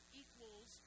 equals